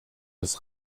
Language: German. des